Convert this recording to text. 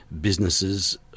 businesses